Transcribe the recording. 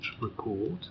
report